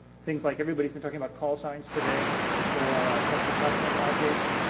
things like everybody's been talking about call signs today or trusted platform modules